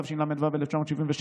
התשל"ו 1976,